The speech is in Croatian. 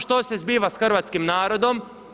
Što se zbiva sa hrvatskim narodom?